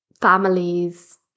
families